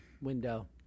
window